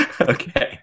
Okay